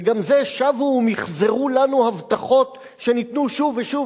וגם זה שבו ומחזרו לנו הבטחות שניתנו שוב ושוב